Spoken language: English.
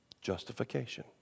Justification